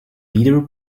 leader